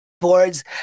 boards